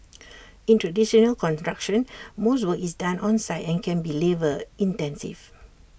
in traditional construction most work is done on site and can be labour intensive